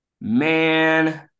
Man